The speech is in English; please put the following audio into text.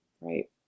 right